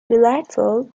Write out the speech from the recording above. delightful